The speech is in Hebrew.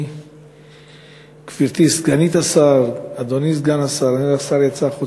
גברתי סגנית השר, אדוני סגן השר,